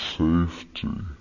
safety